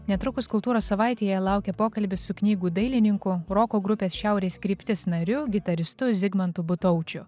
netrukus kultūros savaitėje laukia pokalbis su knygų dailininku roko grupės šiaurės kryptis nariu gitaristu zigmantu butaučiu